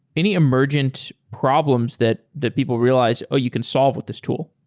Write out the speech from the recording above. any emergent problems that that people realized, oh, you can solve with this tool.